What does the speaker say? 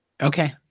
Okay